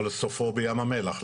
אבל סופו בים המלח,